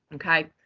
okay?